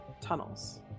tunnels